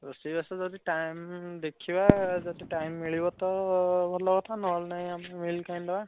ରୋଷେଇବାସ ଯଦି ଟାଇମ୍ ଦେଖିବା ଯଦି ଟାଇମ୍ ମିଳିବ ତ ଭଲ କଥା ନହଲେ ନାଇଁ ଆମେ ମିଲ୍ ଖାଇନେବା